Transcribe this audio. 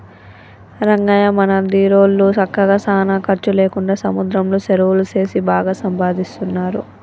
రంగయ్య మన దీరోళ్ళు సక్కగా సానా ఖర్చు లేకుండా సముద్రంలో సెరువులు సేసి బాగా సంపాదిస్తున్నారు